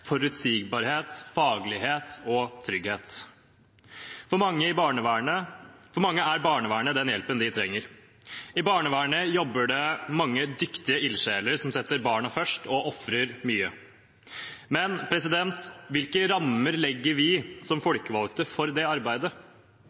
forutsigbarhet, faglighet og trygghet. For mange er barnevernet den hjelpen de trenger. I barnevernet jobber det mange dyktige ildsjeler som setter barna først og ofrer mye. Men hvilke rammer legger vi som folkevalgte for det arbeidet?